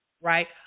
right